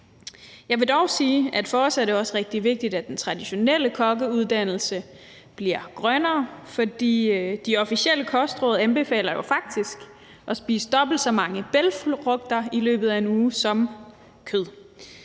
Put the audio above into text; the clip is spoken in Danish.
Jeg vil dog sige, at for os er det også rigtig vigtigt, at den traditionelle kokkeuddannelse bliver grønnere, for de officielle kostråd anbefaler jo faktisk at spise dobbelt så meget bælgfrugt i løbet af en uge som kød.